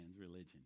religion